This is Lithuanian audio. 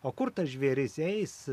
o kur tas žvėris eis